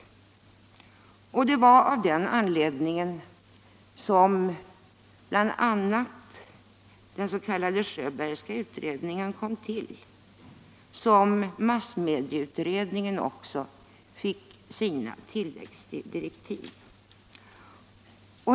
Det var av den anledningen som den s.k. Sjöbergska utredningen kom till och massmedieutredningen fick sina tilläggsdirektiv.